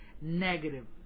negative